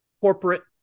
corporate